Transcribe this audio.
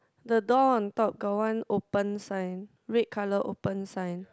the door on top got one open sign red colour open sign